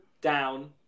down